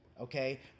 Okay